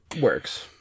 works